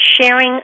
Sharing